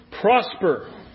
prosper